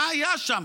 מה היה שם?